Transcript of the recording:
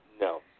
No